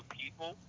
people